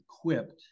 equipped